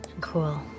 Cool